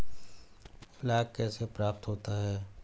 लाख कैसे प्राप्त होता है?